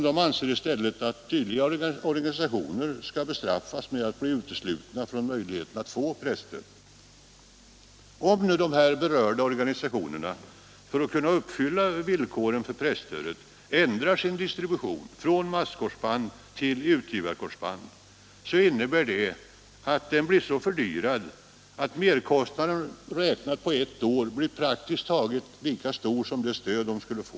De anser i stället att dylika organisationer skall bestraffas med att bli uteslutna från möjligheten att få presstöd. Om nu de berörda organisationerna för att kunna uppfylla villkoren för presstödet ändrar sin distribution från masskorsband till utgivarkorsband, innebär detta att distributionen blir så fördyrad att merkostnaden räknad på ett år blir praktiskt taget lika stor som det stöd organisationerna får.